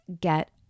get